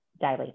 daily